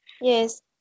Yes